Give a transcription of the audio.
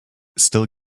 still